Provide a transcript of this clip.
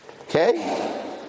okay